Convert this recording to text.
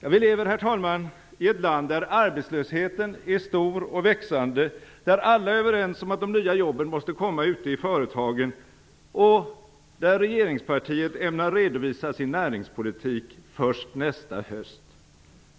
Vi lever, herr talman, i ett land där arbetslösheten är stor och växande, där alla är överens om att de nya jobben måste komma ute i företagen och där regeringspartiet ämnar redovisa sin näringspolitik först nästa höst.